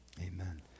Amen